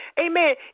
amen